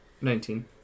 Nineteen